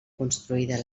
construïda